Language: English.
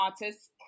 artists